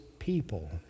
people